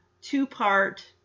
two-part